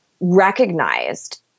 recognized